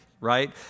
right